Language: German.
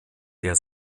der